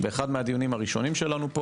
באחד מהדיונים הראשונים שלנו,